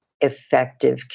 effective